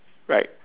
right